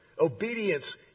Obedience